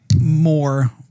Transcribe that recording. more